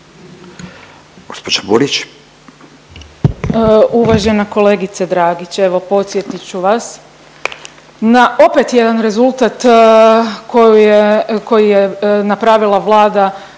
Majda (HDZ)** Uvažena kolegice Dragić evo podsjetit ću vas na opet jedan rezultat koju je, koji je napravila Vlada